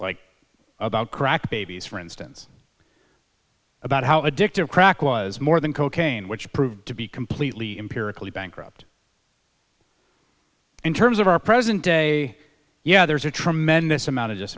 like about crack babies for instance about how addictive crack was more than cocaine which proved to be completely imperiously bankrupt in terms of our present day yeah there's a tremendous amount of just